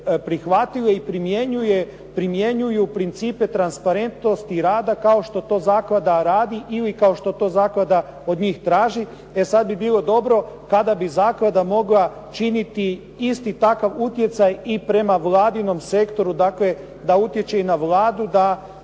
prihvatile i primjenjuju principe transparentnosti i rada kao što to zaklada radi ili kao što to zaklada od njih traži. E sada bi bilo dobro kada bi zaklada mogla činiti isti takav utjecaj i prema Vladinom sektoru dakle, da utječe i na Vladu, da